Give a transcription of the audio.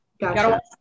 gotcha